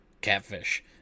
catfish